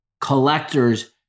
collectors